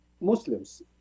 Muslims